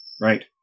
Right